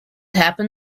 happen